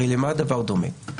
הרי למה הדבר דומה?